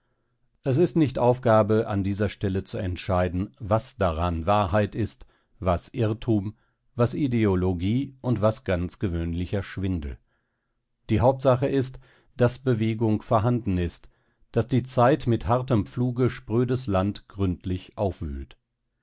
es ist nicht aufgabe an dieser stelle zu entscheiden was daran wahrheit ist was irrtum was ideologie und was ganz gewöhnlicher schwindel die hauptsache ist daß bewegung vorhanden ist daß die zeit mit hartem pfluge sprödes land gründlich aufwühlt